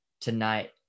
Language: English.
tonight